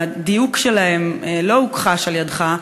הדיוק שלהם לא הוכחש על-ידך,